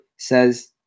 Says